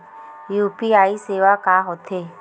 UPI सेवा का होथे?